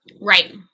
right